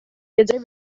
viaggiare